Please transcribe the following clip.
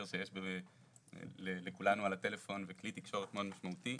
שיש לכולנו על הטלפון וכלי תקשורת מאוד משמעותי.